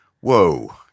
Whoa